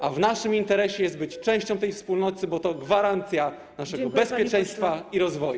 A w naszym interesie jest być częścią tej wspólnoty, bo to gwarancja naszego bezpieczeństwa i rozwoju.